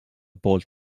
poolt